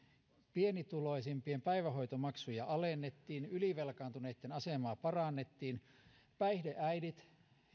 pienituloisimpien päivähoitomaksuja alennettiin ylivelkaantuneitten asemaa parannettiin päihdeäidit